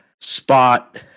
spot